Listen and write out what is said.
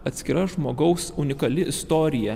atskira žmogaus unikali istorija